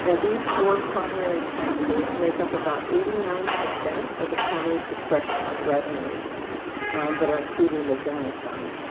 yeah these four primary taxes make up about eighty nine percent of the county's discretionary revenues that are included in the general fund.